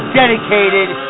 dedicated